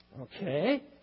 Okay